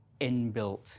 inbuilt